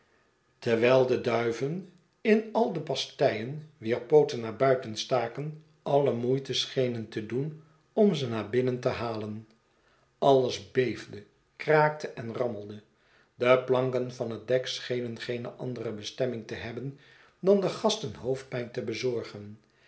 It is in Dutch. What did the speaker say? terwijl de duiy eri in de pasteien wier pooten naar buiten uitstaken alle moeite schenen te doen om ze naar binneri te halen alles beefde kraakte en rammelde de planken van het dek schenen geene andere bestemming te hebben dan den gasten hoofdpijn te bezorgen